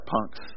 punks